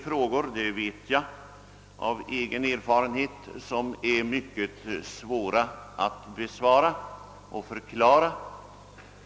Jag vet av egen erfarenhet att man har mycket svårt att finna acceptabla svar på frågorna.